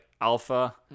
alpha